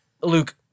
Luke